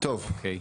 אוקיי.